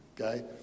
okay